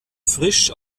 frisch